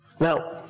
Now